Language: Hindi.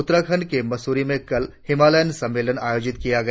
उत्तराखंड के मसूरी में कल हिमालयन सम्मेलन आयोजित किया गया